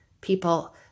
people